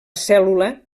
cèl·lula